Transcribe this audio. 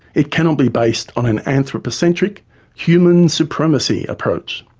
it cannot be based on an anthropocentric human supremacy approach,